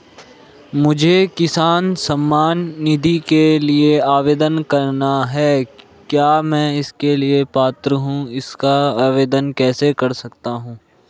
मुझे किसान सम्मान निधि के लिए आवेदन करना है क्या मैं इसके लिए पात्र हूँ इसका आवेदन कैसे कर सकता हूँ?